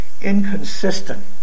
inconsistent